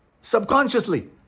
subconsciously